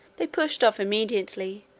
they pushed off immediately,